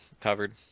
covered